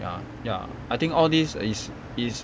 ya ya I think all this is is